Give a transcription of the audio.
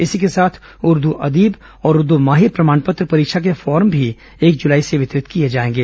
इसी के साथ उर्दू अदीब और उर्दू माहिर प्रमाण पत्र परीक्षा के फॉर्म भी एक जुलाई से वितरित किए जाएंगे